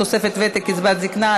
תוספת ותק לקצבת זקנה),